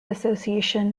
association